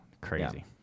crazy